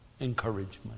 encouragement